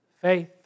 faith